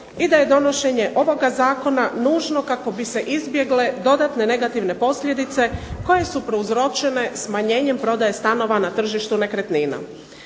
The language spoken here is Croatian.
i da je donošenje ovoga zakona nužno kako bi se izbjegle dodatne negativne posljedice koje su prouzročene smanjenjem prodaje stanova na tržištu nekretnina.